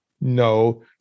No